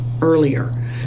earlier